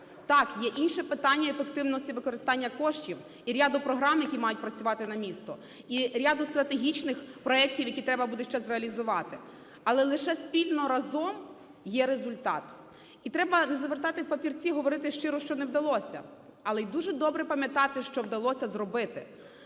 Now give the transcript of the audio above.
Так, є інше питання - ефективності використання коштів і ряду програм, які мають працювати на місто, і ряду стратегічних проектів, які треба буде ще зреалізувати, але лише спільно, разом є результат. І треба не завертати в папірці, говорити щиро, що не вдалося, але й дуже добре пам'ятати, що вдалося зробити.